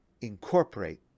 incorporate